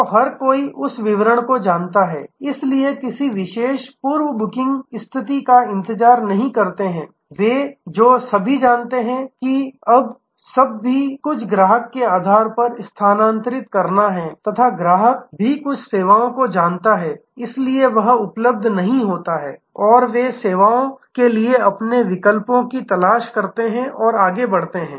तो हर कोई उस विवरण को जानता है इसलिए किसी विशेष पूर्व बुकिंग स्थिति का इंतजार नहीं करते हैं जो वे सभी जानते हैं कि अब सब भी कुछ ग्राहक के आधार पर स्थानांतरित करना है तथा ग्राहक भी कुछ सेवाओं को जानता है इसलिए वह उपलब्ध नहीं होता है और वे सेवाओं के लिए अपने विकल्पों की तलाश करते हैं और आगे बढ़ते हैं